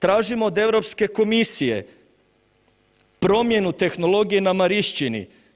Tražimo od Europske komisije promjenu tehnologije na Marišćini.